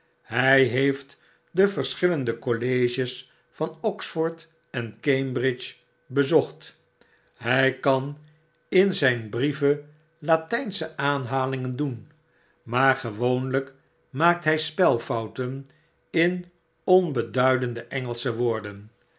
hy heeft de verschillende colleges van oxford en cambridge bezocbt hy kan in zyn brieven latynsche aanhalingen doen maar gewoonlyk maakt hij spelfouten in onbeduidende engelsche woorden